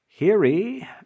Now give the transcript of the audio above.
hiri